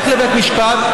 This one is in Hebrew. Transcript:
לך לבית משפט,